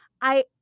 I-